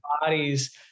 bodies